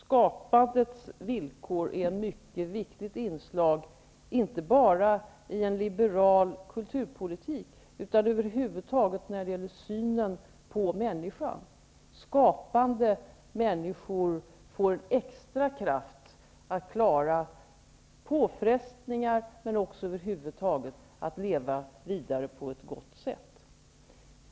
Herr talman! Skapandets villkor är ett mycket viktigt inslag inte bara i liberal kulturpolitik utan i hela synen på människan. Skapande människor får extra kraft att klara påfrestningar men också att över huvud taget leva vidare på ett gott sätt.